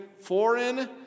foreign